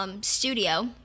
Studio